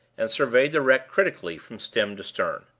and surveyed the wreck critically from stem to stern.